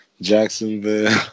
Jacksonville